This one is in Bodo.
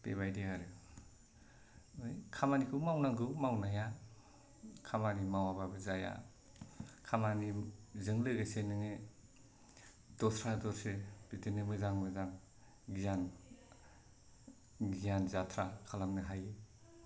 बेबायदि आरो खामानिखौबो मावनांगौ मावनाया खामानि मावब्लाबो जाया खामानिजों लोगोसे नों दस्रा दस्रि बिदिनो मोजां मोजां गियान गियान जात्रा खालामनो हायो